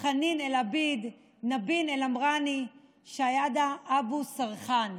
רואן אל-כתנאני, מאיה וישניאק, טטיאנה חייקין,